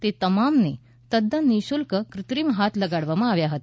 તે તમામને તદન નિશુલ્ક કૃત્રિમ હાથ લગાડવામાં આવ્યા હતા